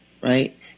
right